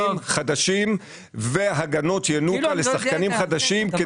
חדשים והגנות ינוקא לשחקנים חדשים,